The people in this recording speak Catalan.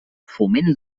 foment